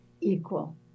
equal